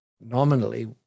nominally